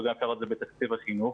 ואפשר לראות את זה בתקציב החינוך,